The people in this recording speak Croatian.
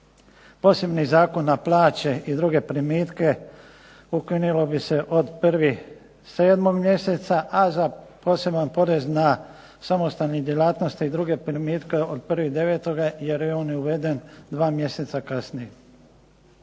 posebni Zakon na plaće i druge primitke ukinulo bi se od 1. 7. a za posebni porez za samostalne djelatnosti i druge primitke od 1. 9., jer je on uveden dva mjeseca kasnije.